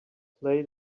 play